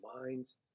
minds